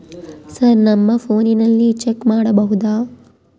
Sir ನಮ್ಮ ಫೋನಿನಲ್ಲಿ check ಮಾಡಬಹುದಾ?